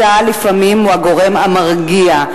צה"ל לפעמים הוא הגורם המרגיע.